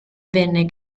venne